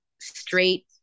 straight